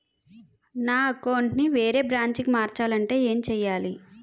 నా అకౌంట్ ను వేరే బ్రాంచ్ కి మార్చాలి అంటే ఎం చేయాలి?